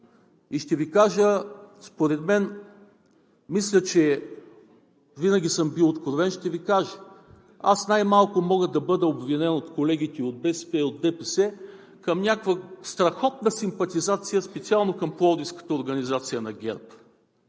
искам да звучи човешко и искрено. Винаги съм бил откровен, ще Ви кажа – аз най-малко мога да бъда обвинен от колегите от БСП и ДПС в някаква страхотна симпатизация специално към Пловдивската организация на ГЕРБ,